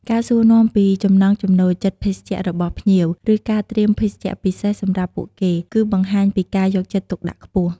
ការសួរនាំពីចំណង់ចំណូលចិត្តភេសជ្ជៈរបស់ភ្ញៀវ ឬការត្រៀមភេសជ្ជៈពិសេសសម្រាប់ពួកគេ គឺបង្ហាញពីការយកចិត្តទុកដាក់ខ្ពស់។